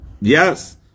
Yes